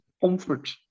comfort